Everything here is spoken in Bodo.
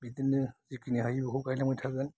बिदिनो जेखिनि हायो बेखौ गायलांबाय थागोन